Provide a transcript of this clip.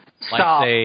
Stop